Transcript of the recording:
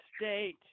State